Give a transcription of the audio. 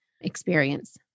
experience